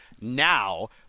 now